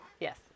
Yes